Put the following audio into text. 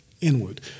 inward